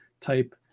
type